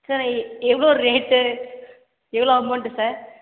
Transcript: sir எ எவ்வளோ rate எவ்வளோ அமௌண்ட்டு சார்